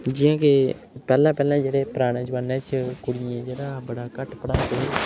जि'यां की पैह्ले पैह्ले जेह्ड़े पराने जमान्ने च कुड़ियें ई जेह्ड़ा बड़ा घट्ट पढ़ांदे हे पढ़ांदे